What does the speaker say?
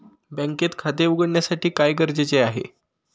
बँकेत खाते उघडण्यासाठी काय गरजेचे आहे?